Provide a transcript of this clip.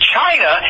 China